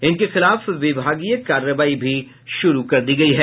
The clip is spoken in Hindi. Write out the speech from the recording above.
इनके खिलाफ विभागीय कार्रवाई भी शुरू कर दी गयी है